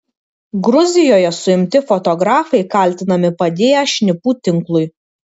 gruzijoje suimti fotografai kaltinami padėję šnipų tinklui